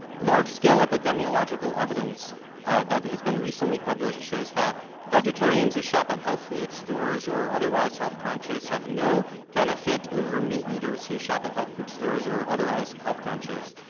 large-scale, epidemiological evidence that has been recently published shows that vegetarians who shop at health food stores, or otherwise health conscious, have no benefit over meat-eaters who shop at health food stores, or otherwise health conscious.